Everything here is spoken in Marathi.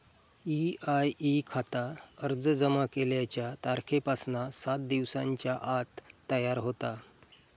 ई.आय.ई खाता अर्ज जमा केल्याच्या तारखेपासना सात दिवसांच्या आत तयार होता